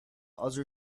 other